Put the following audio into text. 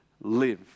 live